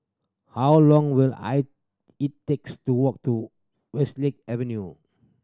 how long will I it takes to walk to Westlake Avenue